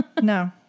no